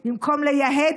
הסובבת סביב החולי,